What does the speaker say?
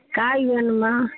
காய் வேணும்மா